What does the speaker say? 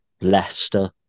Leicester